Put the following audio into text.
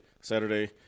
Saturday